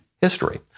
history